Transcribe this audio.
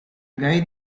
guy